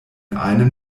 einem